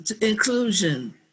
inclusion